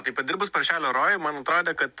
tai padirbus paršelio rojuj man atrodė kad